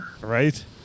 Right